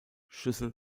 schüssel